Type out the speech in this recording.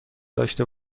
داشته